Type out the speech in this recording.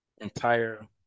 entire